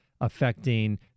affecting